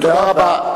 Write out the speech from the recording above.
תודה רבה.